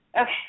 okay